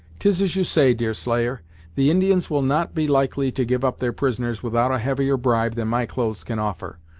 tis as you say, deerslayer the indians will not be likely to give up their prisoners without a heavier bribe than my clothes can offer,